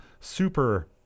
super